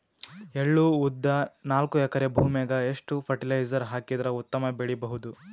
ಎಳ್ಳು, ಉದ್ದ ನಾಲ್ಕಎಕರೆ ಭೂಮಿಗ ಎಷ್ಟ ಫರಟಿಲೈಜರ ಹಾಕಿದರ ಉತ್ತಮ ಬೆಳಿ ಬಹುದು?